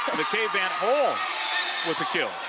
mckay van't hul with the